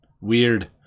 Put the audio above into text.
Weird